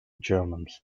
germans